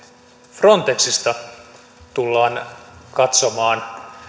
frontexista tullaan katsomaan